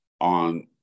on